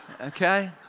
Okay